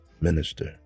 minister